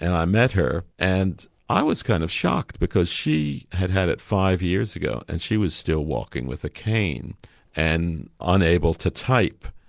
and i met her and i was kind of shocked because she had had it five years ago and she was still walking with a cane and unable to type.